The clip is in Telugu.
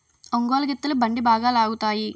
ఒంగోలు గిత్తలు బండి బాగా లాగుతాయి